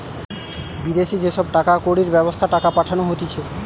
বিদেশি যে সব টাকা কড়ির ব্যবস্থা টাকা পাঠানো হতিছে